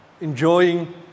enjoying